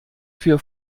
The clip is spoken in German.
für